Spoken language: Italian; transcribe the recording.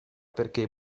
perché